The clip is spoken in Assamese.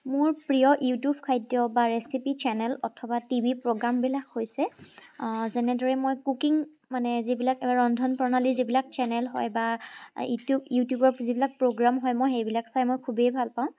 মোৰ প্ৰিয় ইউটিউব খাদ্য বা ৰেচিপি চেনেল অথবা টি ভি প্ৰগ্ৰামবিলাক হৈছে যেনেদৰে মই কুকিং মানে যিবিলাক ৰন্ধন প্ৰণালী যিবিলাক চেনেল হয় বা ইউটিব ইউটিউবৰ প্ৰগ্ৰাম হয় মই সেইবিলাক চাই খুবেই ভাল পাওঁ